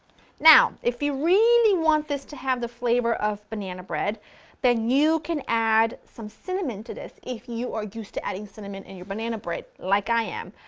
now if you really want this to have the flavor of banana bread then you can add some cinnamon to this if you are used to adding cinnamon to and your banana bread like i am.